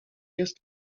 jest